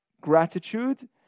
gratitude